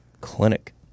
Clinic